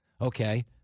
Okay